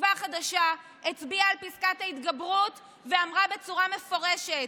שתקווה חדשה הצביעה על פסקת ההתגברות ואמרה בצורה מפורשת: